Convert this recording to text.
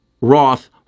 Roth